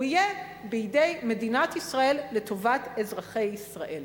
הוא יהיה בידי מדינת ישראל לטובת אזרחי ישראל.